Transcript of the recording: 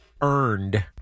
earned